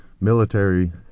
military